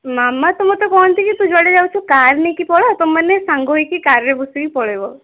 ମାମା ତ ମତେ କୁହନ୍ତି କି ତୁ ଯୁଆଡ଼େ ଯାଉଛୁ କାର ନେଇକି ପଳା ତମେମାନେ ସାଙ୍ଗମାନେ ସାଙ୍ଗ ହେଇକି କାରରେ ବସିକି ପଳାଇବ